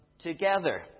together